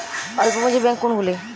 অল্প পুঁজি ব্যাঙ্ক কোনগুলি?